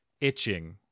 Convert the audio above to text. itching